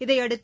இதையடுத்து